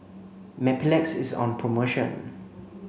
Mepilex is on promotion